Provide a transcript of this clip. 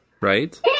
right